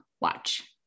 watch